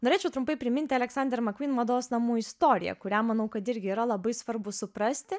norėčiau trumpai priminti aleksander mcqueen mados namų istoriją kurią manau kad irgi yra labai svarbu suprasti